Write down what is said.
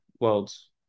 Worlds